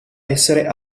essere